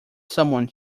someone